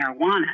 marijuana